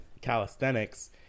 calisthenics